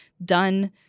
done